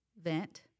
vent